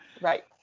right